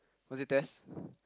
was it Des